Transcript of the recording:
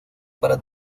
para